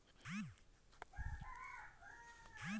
जेन मइनसे जग थोर बहुत आवक अहे ओला तो सरलग बचावत आघु बढ़नेच चाही